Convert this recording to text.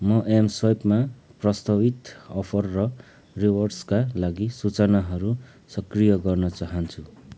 म एम स्वाइपमा प्रस्तावित अफर र रिवार्ड्सका लागि सूचनाहरू सक्रिय गर्न चाहन्छु